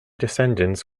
descendants